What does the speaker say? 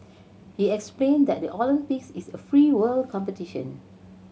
he explain that the Olympics is a free world competition